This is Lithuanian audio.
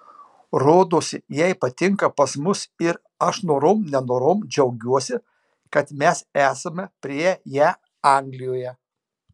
rodosi jai patinka pas mus ir aš norom nenorom džiaugiuosi kad mes esame priėmę ją anglijoje